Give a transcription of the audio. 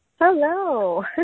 Hello